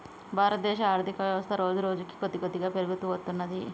భారతదేశ ఆర్ధికవ్యవస్థ రోజురోజుకీ కొద్దికొద్దిగా పెరుగుతూ వత్తున్నది